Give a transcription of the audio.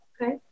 okay